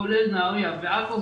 כולל נהריה ועכו,